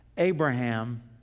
Abraham